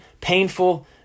painful